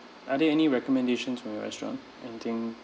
are there any recommendations from your restaurant anything